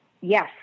Yes